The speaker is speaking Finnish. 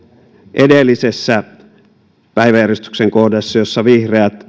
edellisessä päiväjärjestyksen kohdassa jossa vihreät